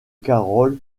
carol